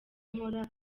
nkora